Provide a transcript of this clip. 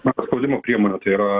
na spaudimo priemonė tai yra